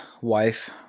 wife